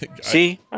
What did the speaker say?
See